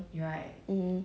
orh